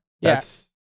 yes